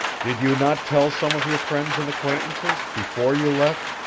did you not tell some of your friends and acquaintances, before you left,